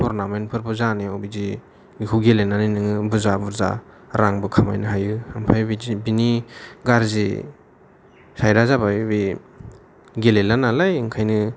tournament four जानायाव बिदि बेखौ गेलेनानै नोङो बुर्जा बुर्जा रांबो खामायनो हायो ओमफ्राय बिदि बिनि गारजि साइड आ जाबाय बे गेलेला नालाय ओंखायनो